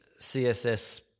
CSS